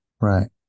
Right